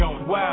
Wow